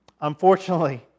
Unfortunately